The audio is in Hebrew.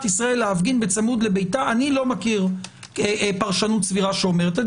אני לא מכיר את זה,